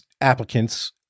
applicants